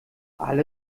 alle